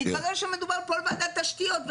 מתברר שמדובר פה על וועדת תשתיות.